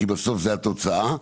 כי בסוף זו התוצאה.